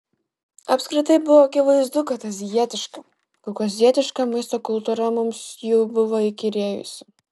apskritai buvo akivaizdu kad azijietiška kaukazietiška maisto kultūra mums jau buvo įkyrėjusi